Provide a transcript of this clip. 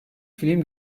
film